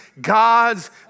God's